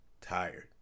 tired